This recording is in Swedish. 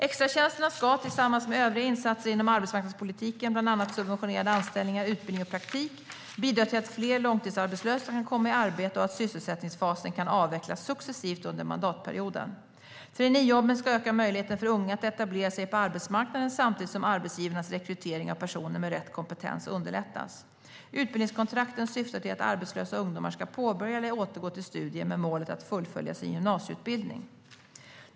Extratjänsterna ska, tillsammans med övriga insatser inom arbetsmarknadspolitiken, bland annat subventionerade anställningar, utbildning och praktik, bidra till att fler långtidsarbetslösa kan komma i arbete och att sysselsättningsfasen kan avvecklas successivt under mandatperioden. Traineejobben ska öka möjligheten för unga att etablera sig på arbetsmarknaden samtidigt som arbetsgivarnas rekrytering av personer med rätt kompetens underlättas. Utbildningskontrakten syftar till att arbetslösa ungdomar ska påbörja eller återgå till studier med målet att fullfölja sin gymnasieutbildning.